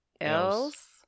else